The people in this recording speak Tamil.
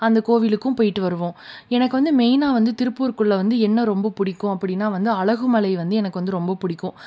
அந்த கோவிலுக்கும் போய்விட்டு வருவோம் எனக்கு வந்து மெயினாக வந்து திருப்பூர்குள்ளே வந்து என்ன ரொம்ப பிடிக்கும் அப்படினா வந்து அழகுமலை வந்து எனக்கு வந்து ரொம்பப் பிடிக்கும்